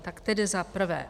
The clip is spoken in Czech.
Tak tedy za prvé.